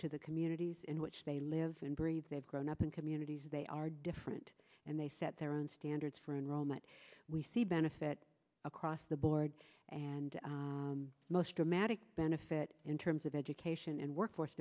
to the communities in which they live and breathe they've grown up in communities they are different and they set their own standards for enrollment we see benefit across the board and most dramatic benefit in terms of education and workforce